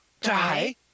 die